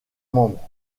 membres